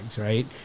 right